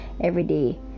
everyday